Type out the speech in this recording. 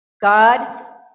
God